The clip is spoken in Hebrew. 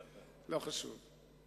לא חשוב.